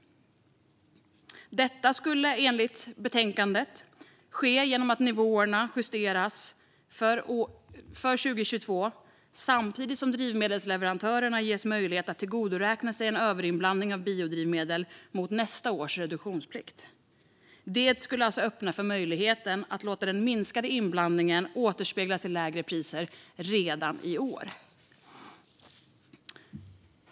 Detta ska enligt betänkandet ske genom att nivåerna i reduktionsplikten justeras för 2022 samtidigt som drivmedelsleverantörerna ges möjlighet att tillgodoräkna sig en överinblandning av biodrivmedel mot nästa års reduktionsplikt. Det öppnar för att låta den minskade inblandningen återspeglas i lägre priser redan i år.